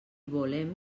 volem